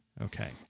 Okay